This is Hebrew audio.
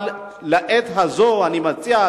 אבל לעת הזאת אני מציע,